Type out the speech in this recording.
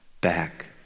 back